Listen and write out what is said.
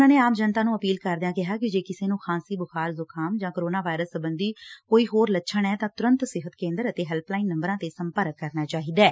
ਉਨ੍ਹਾਂ ਨੇ ਆਮ ਜਨਤਾ ਨੂੰ ਅਪੀਲ ਕਰਦਿਆਂ ਕਿਹਾ ਜੇ ਕਿਸੇ ਨੂੰ ਖਾਸੀ ਬੁਖਾਰ ਜੁਕਾਮ ਜਾਂ ਕਰੋਨਾ ਵਾਇਰਸ ਸੰਬੇਧੀ ਹੋਰ ਕੋਈ ਲੱਛਣ ਐ ਤਾਂ ਤੁਰੰਤ ਸਿਹਤ ਕੇਂਦਰ ਅਤੇ ਹੈਲਪਲਾਇਨ ਨੰਬਰਾਂ ਤੇ ਸੰਪਰਕ ਕਰਨਾ ਚਾਹੀਦੈ